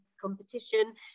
competition